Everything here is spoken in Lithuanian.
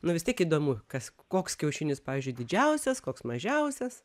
vis tiek įdomu kas koks kiaušinis pavyzdžiui didžiausias koks mažiausias